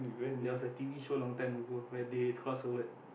there was a t_v show long time ago where they crossed over